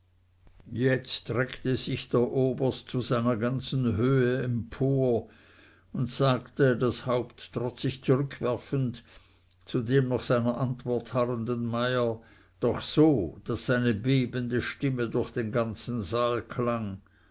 jetzt reckte sich der oberst zu seiner ganzen höhe empor und sagte das haupt trotzig zurückwerfend zu dem noch seiner antwort harrenden meyer doch so daß seine bebende stimme durch den ganzen saal klang